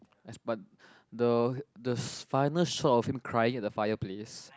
but the the final shot of him crying at the fireplace